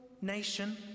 nation